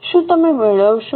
શું તમે મેળવશો